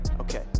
Okay